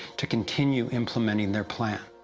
to continue implementing their plan.